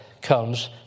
comes